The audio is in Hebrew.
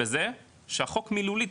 בזה שהחוק מילולית,